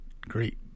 great